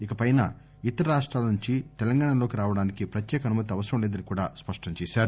ఇకపై ఇతర రాష్టాల నుంచి తెలంగాణలోకి రావడానికి ప్రత్యేక అనుమతి అవసరం లేదని కూడా స్పష్టంచేశారు